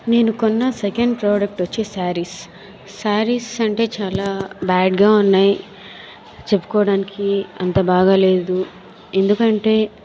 నేను కొన్న second product వచ్చేసి శారీస్ శారీస్ అంటే చాలా బ్యాడ్ గా ఉన్నాయి చెప్పుకోవడానికి అంత బాగాలేదు ఎందుకంటే